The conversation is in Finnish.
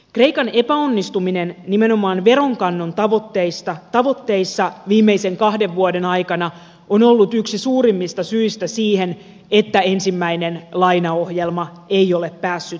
kreikan epäonnistuminen nimenomaan veronkannon tavoitteissa viimeisen kahden vuoden aikana on ollut yksi suurimmista syistä siihen että ensimmäinen lainaohjelma ei ole päässyt tavoitteisiinsa